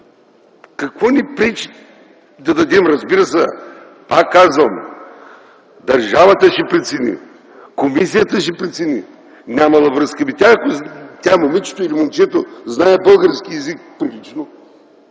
Какво ни пречи да дадем? Разбира се, пак казвам – държавата ще прецени, комисията ще прецени. Нямала връзки?! Ами тя – момичето, или момчето знаят български език прилично,